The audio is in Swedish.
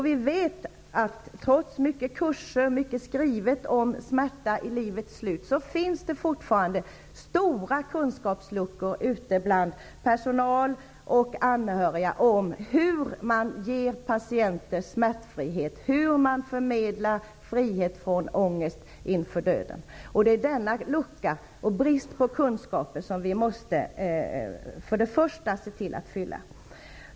Vi vet att trots mycket kurser och mycket skrivet om smärta i livets slut så finns det fortfarande stora kunskapsluckor ute bland personal och anhöriga om hur man ger patienter smärtfrihet, hur man förmedlar frihet från ångest inför döden. Denna lucka, denna brist på kunskaper måste vi först och främst se till att fylla.